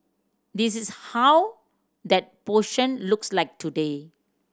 this is how that portion looks like today